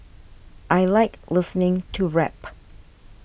I like listening to rap